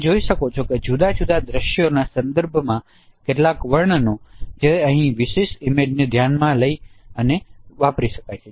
તમે જોઈ શકો છો કે જુદા જુદા દ્રશ્યોના સંદર્ભમાં કેટલાક વર્ણન જે અહી વિશેષ ઇમેજને ધ્યાનમાં લઈ અને વાપરી શકાય છે